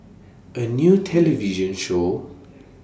A New television Show